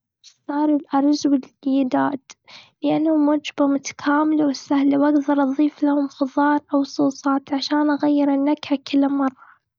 أختار الأرز والدجاج. لأنهم وجبة متكاملة وسهله، وأقدر أضيف لهم خضار أو صوصات، عشان أغير النكهة كل مرة.